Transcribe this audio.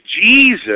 jesus